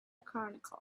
chronicle